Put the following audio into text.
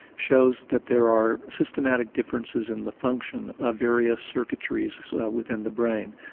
shows that there are systematic differences in the function of various circuitries within the brain.